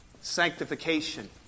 sanctification